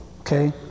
okay